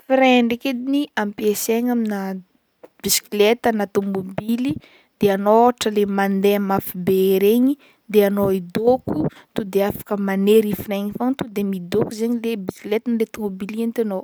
Frein ndraiky ediny ampiasaigna amina bisikleta na tomobily de anao ôhatra le mandeha mafy be regny de anao hidôko to de afaka manery i frein i fogna to de midôko zaigny le bisikleta na tomobily ihentinao.